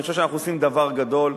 אני חושב שאנחנו עושים דבר גדול.